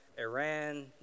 Iran